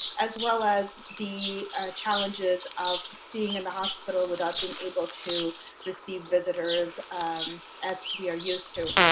as well as the challenges of being in the hospital without being able to receive visitors as we are used to.